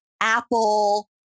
Apple